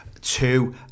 Two